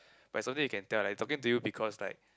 but something you can tell like talking to you because like